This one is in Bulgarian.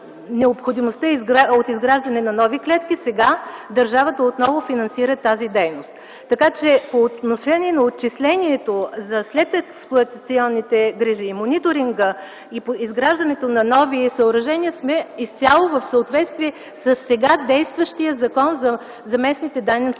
от изграждане на нови клетки, сега държавата отново финансира тази дейност. Така, че по отношение на отчислението за след експлоатационните грижи и мониторинга, и изграждането на нови съоръжения сме изцяло в съответствие със сега действащия Закон за местните данъци и